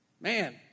Man